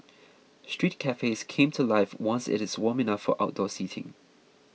street cafes came to life once it is warm enough for outdoor seating